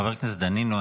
חבר הכנסת דנינו,